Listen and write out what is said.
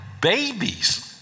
babies